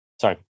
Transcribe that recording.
sorry